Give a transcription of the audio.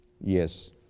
Yes